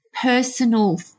personal